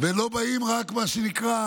ולא באים רק, מה שנקרא,